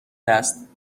است